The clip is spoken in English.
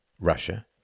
Russia